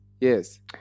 Yes